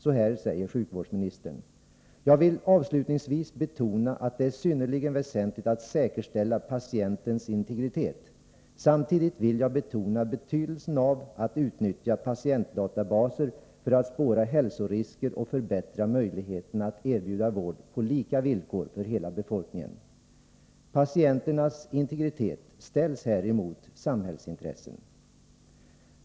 Så här säger sjukvårdsministern: ”Jag vill avslutningsvis betona att det är synnerligen väsentligt att säkerställa patientens integritet. Samtidigt vill jag betona betydelsen av att utnyttja patientdatabaser för att spåra hälsorisker och förbättra möjligheterna att erbjuda vård på lika villkor för hela befolkningen.” Patienternas integritet ställs här emot samhällsintressen!